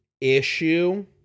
issue